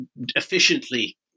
efficiently